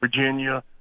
Virginia